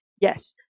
Yes